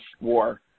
War